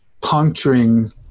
puncturing